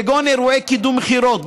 כגון אירועי קידום מכירות,